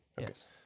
yes